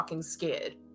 scared